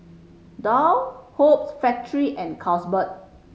Doux Hoops Factory and Carlsberg